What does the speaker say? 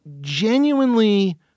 genuinely